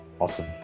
Awesome